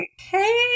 hey